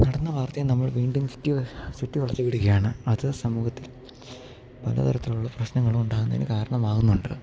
നടന്ന വാർത്തയെ നമ്മൾ വീണ്ടും ചുറ്റി ചുറ്റി വളച്ച് വിടുകയാണ് അത് സമൂഹത്തിൽ പല തരത്തിലുള്ള പ്രശ്നങ്ങളും ഉണ്ടാകുന്നതിന് കാരണമാകുന്നുണ്ട്